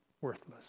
worthless